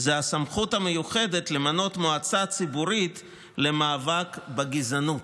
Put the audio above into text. הסמכות המיוחדת למנות מועצה ציבורית למאבק בגזענות.